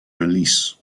release